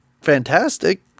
fantastic